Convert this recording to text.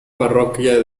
parroquia